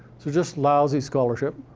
so just lousy scholarship.